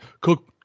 cook